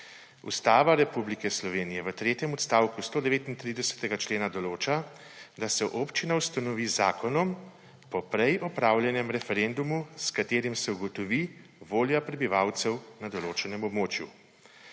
Ustava Republike Slovenije v tretjem odstavku 139. člena določa, da se občina ustanovi z zakonom po prej opravljenem referendumu, s katerim se ugotovi volja prebivalcev na določenem območju.